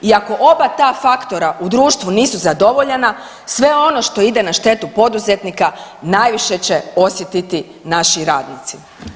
I ako oba ta faktora u društvu nisu zadovoljena sve ono što ide na štetu poduzetnika najviše će osjetiti naši radnici.